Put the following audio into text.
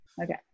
Okay